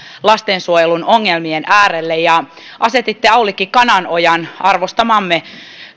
lastensuojelun ongelmien äärelle ja asetitte aulikki kananojan arvostamamme